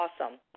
awesome